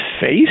face